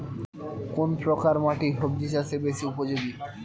কোন প্রকার মাটি সবজি চাষে বেশি উপযোগী?